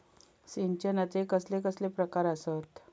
सिंचनाचे कसले कसले प्रकार आसत?